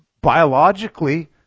Biologically